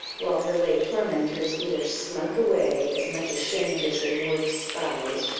while her late tormentors either slunk away, as much ashamed as they were despised,